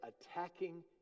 attacking